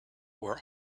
were